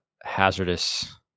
hazardous